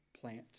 plant